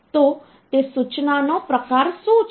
તો તે સૂચનાનો પ્રકાર શું છે